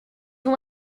ont